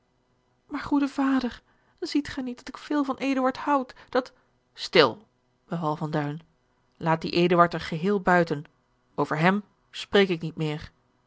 maar goede vader ziet gij niet dat ik veel van eduard houd dat stil beval van duin laat dien eduard er geheel buiten over hem spreek ik niet meer